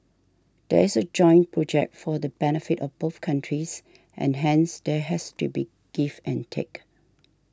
this is a joint project for the benefit of both countries and hence there has to be give and take